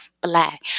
Black